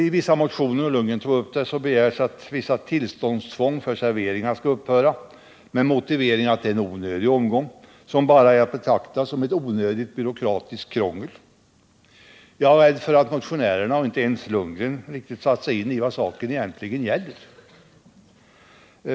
I en del motioner begärs, vilket togs upp av Bo Lundgren, att vissa tillståndstvång för serveringar skall upphöra, med motivering att det är en onödig omgång som bara är att betrakta som ett överflödigt byråkratiskt krångel. Jag är rädd för att varken motionärerna eller ens Bo Lundgren riktigt satt sig in i vad saken gäller.